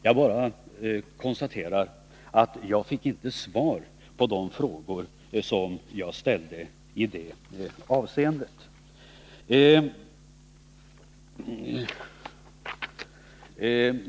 Jag bara konstaterar att jag inte fick svar på de frågor som jag ställde i det avseendet.